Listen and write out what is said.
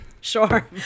sure